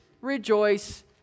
rejoice